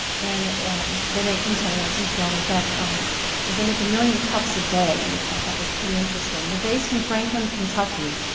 and they make containers and film. in fact um they make a million cups a day, which i thought was pretty interesting. they're based in franklin, kentucky,